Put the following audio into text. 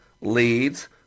leads